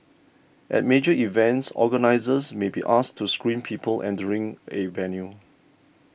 at major events organisers may be asked to screen people entering a venue